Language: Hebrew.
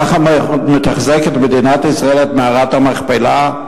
כך מתחזקת מדינת ישראל את מערת המכפלה?